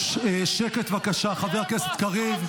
--- שקט, בבקשה, חבר הכנסת קריב.